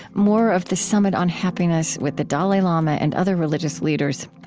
more of the summit on happiness, with the dalai lama and other religious leaders.